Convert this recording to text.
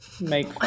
make